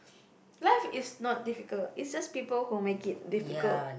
life is not difficult it's just people who make it difficult